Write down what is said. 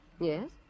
Yes